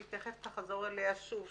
שהיא תיכף תחזור עליה שוב,